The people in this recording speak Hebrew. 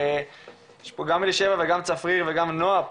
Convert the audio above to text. יש פה גם אלישבע וגם צפריר וגם נועה,